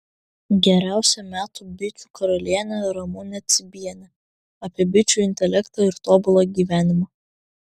geriausia metų bičių karalienė ramunė cibienė apie bičių intelektą ir tobulą gyvenimą